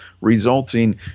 resulting